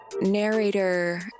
narrator